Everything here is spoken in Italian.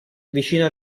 vicino